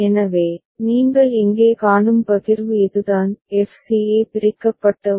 எனவே நீங்கள் இங்கே காணும் பகிர்வு இதுதான் f c a பிரிக்கப்பட்ட ஒரு